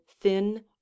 thin